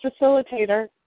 facilitator